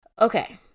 Okay